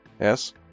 yes